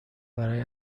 برای